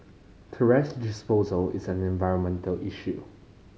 thrash disposal is an environmental issue